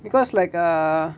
because like uh